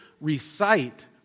recite